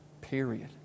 Period